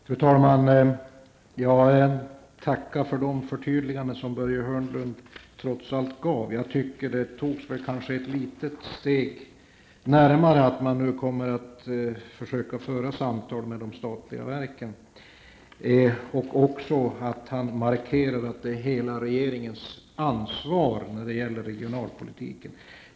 Fru talman! Jag tackar för de förtydliganden som Börje Hörnlund trots allt gav. Det togs faktiskt ett litet steg framåt -- att man nu kommer att försöka föra samtal med de statliga verken. Han markerade också att hela regeringen har ett ansvar när det gäller regionalpolitiken.